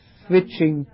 switching